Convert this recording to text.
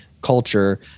culture